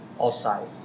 outside